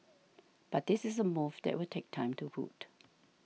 but this is a move that will take time to root